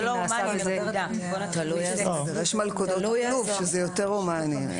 יש מלכודות כלוב שזה יותר הומני.